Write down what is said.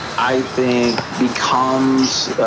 i think becomes